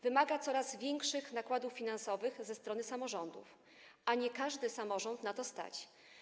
Wymaga coraz większych nakładów finansowych ze strony samorządów, a nie każdy samorząd na to stać.